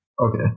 Okay